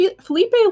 Felipe